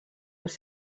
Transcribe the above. els